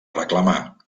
reclamar